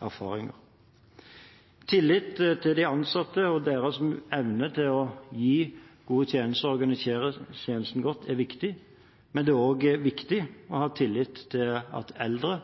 erfaringer. Tillit til de ansatte og til deres evne til å gi gode tjenester og organisere tjenesten godt er viktig, men det er også viktig å ha tillit til at eldre